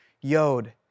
Yod